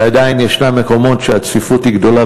ועדיין יש מקומות שהצפיפות גדולה,